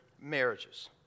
marriages